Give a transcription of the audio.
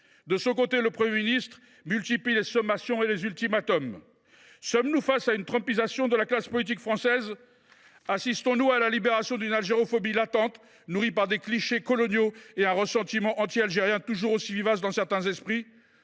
De son côté, le Premier ministre multiplie les sommations et les ultimatums. Faisons nous face à une « trumpisation » de la classe politique française ? Assistons nous à la libération d’une algérophobie latente, nourrie par des clichés coloniaux et par un ressentiment anti algérien, toujours aussi vivace dans certains esprits ?